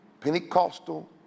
Pentecostal